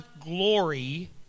glory